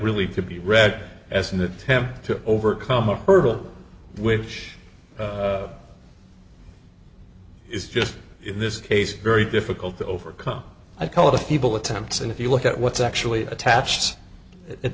read as an attempt to overcome a hurdle which is just in this case very difficult to overcome i call it a feeble attempts and if you look at what's actually attached it